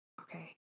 Okay